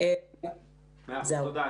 תודה.